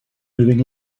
moving